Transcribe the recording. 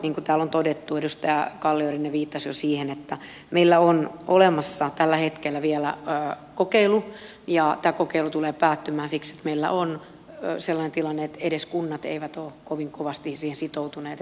niin kuin täällä on todettu edustaja kalliorinne viittasi jo siihen meillä on vielä tällä hetkellä olemassa kokeilu ja tämä kokeilu tulee päättymään siksi että meillä on sellainen tilanne että edes kunnat eivät ole kovin kovasti siihen sitoutuneet